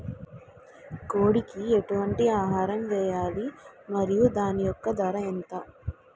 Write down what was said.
కోడి కి ఎటువంటి ఆహారం వేయాలి? మరియు దాని యెక్క ధర ఎంత?